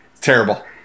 Terrible